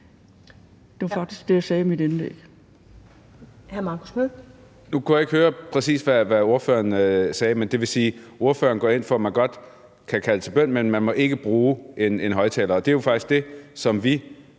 Det var faktisk det, jeg sagde i mit indlæg.